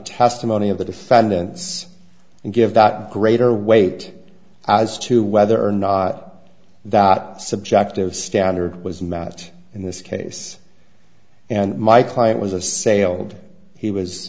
testimony of the defendants and give that greater weight as to whether or not that subjective standard was met in this case and my client was assailed he was